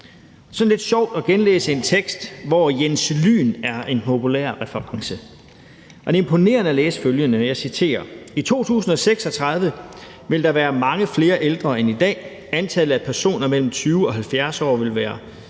sådan lidt sjovt at genlæse en tekst, hvor Jens Lyn er en populær reference. Det er imponerende at læse følgende, og jeg citerer, at »i 2036 vil der være mange flere ældre end i dag, antallet af personer mellem 20 og 70 vil være